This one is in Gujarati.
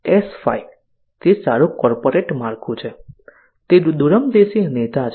S5 તે સારું કોર્પોરેટ માળખું છે અને દૂરંદેશી નેતા છે